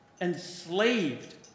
enslaved